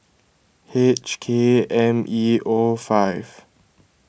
H K M E O five